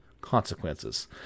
consequences